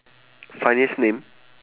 funniest name